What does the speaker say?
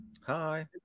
Hi